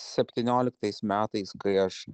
septynioliktais metais kai aš